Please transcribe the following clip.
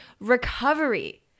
recovery